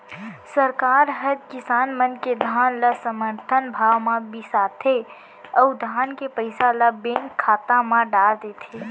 सरकार हर किसान मन के धान ल समरथन भाव म बिसाथे अउ धान के पइसा ल बेंक खाता म डार देथे